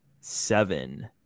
seven